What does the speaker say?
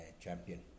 champion